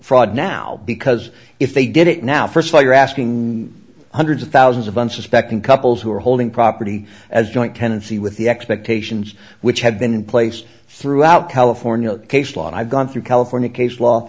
fraud now because if they did it now first of all you're asking hundreds of thousands of unsuspecting couples who are holding property as joint tenancy with the expectations which have been in place throughout california case law i've gone through california case law